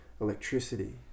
electricity